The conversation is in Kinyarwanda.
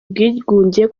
bwigunge